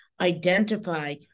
identify